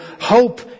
hope